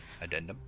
Addendum